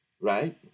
right